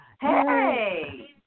Hey